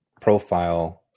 profile